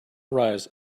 rise